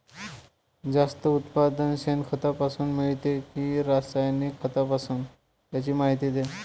जास्त उत्पादन शेणखतापासून मिळते कि रासायनिक खतापासून? त्याची माहिती द्या